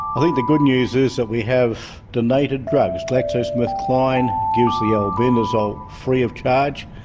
i think the good news is that we have donated drugs, glaxosmithkline gives the albendazole free of charge,